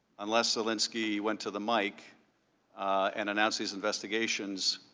unless zelensky went to the microphone and announced these investigations,